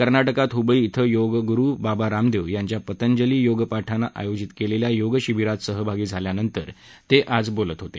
कर्नाटकात हुबळी इथं योग्गुरु बाबा रामदेव यांच्या पंतजली योगपाठानं आयोजित केलेल्या योगशिबीरात सहभागी झाल्यानंतर ते आज बोलत होते